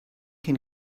can